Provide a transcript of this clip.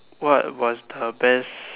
what was the best